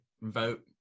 vote